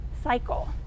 cycle